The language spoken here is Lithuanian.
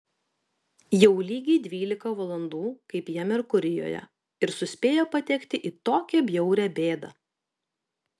jau lygiai dvylika valandų kaip jie merkurijuje ir suspėjo patekti į tokią bjaurią bėdą